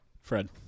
Fred